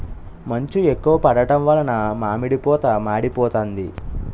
మంచు ఎక్కువ పడడం వలన మామిడి పూత మాడిపోతాంది